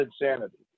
insanity